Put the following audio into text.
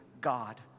God